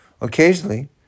Occasionally